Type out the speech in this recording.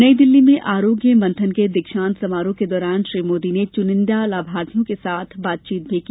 नई दिल्ली में आरोग्य मंथन के दीक्षांत समारोह के दौरान श्री मोदी ने चुनिंदा लाभार्थियों के साथ बातचीत भी की